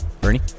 bernie